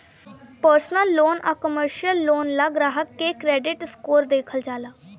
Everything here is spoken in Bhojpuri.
पर्सनल लोन आ कमर्शियल लोन ला ग्राहक के क्रेडिट स्कोर देखल जाला